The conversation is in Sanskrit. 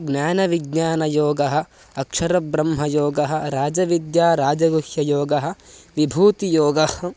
ज्ञानविज्ञानयोगः अक्षरब्रह्मयोगः राजविद्याराजगुह्ययोगः विभूतियोगः